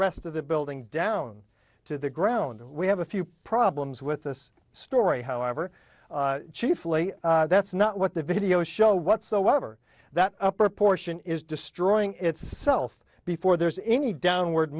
rest of the building down to the ground and we have a few problems with this story however chiefly that's not what the videos show whatsoever that the proportion is destroying itself before there's any downward